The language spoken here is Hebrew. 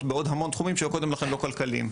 בעוד המון תחומים שהיו קודם לכן לא כלכליים.